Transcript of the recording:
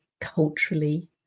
culturally